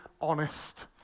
honest